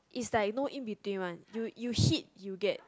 is like no in between one you you hit you get